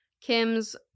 Kim's